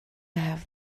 have